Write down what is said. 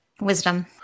Wisdom